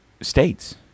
states